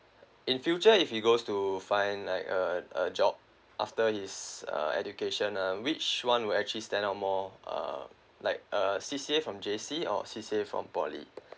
in future if we goes to find like a a job after his uh education uh which one will actually stand out more uh like uh C_C_A from J_C or C_C_A from poly